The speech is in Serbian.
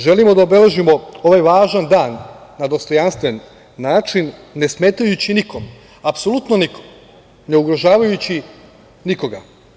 Želimo da obeležimo ovaj važan dan na dostojanstven način ne smetajući nikom, apsolutno nikom, ne ugrožavajući nikoga.